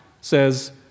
says